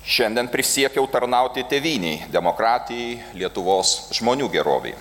šiandien prisiekiau tarnauti tėvynei demokratijai lietuvos žmonių gerovei